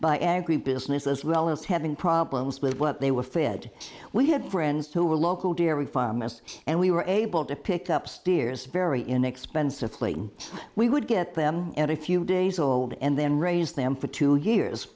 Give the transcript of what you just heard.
by agribusiness as well as having problems with what they were fed we had friends who were local dairy farmers and we were able to pick up steers very inexpensively we would get them at a few days old and then raise them for two years